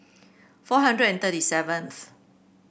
four hundred and thirty seventh